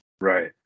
Right